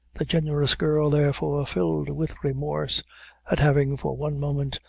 the generous girl, therefore, filled with remorse at having, for one moment,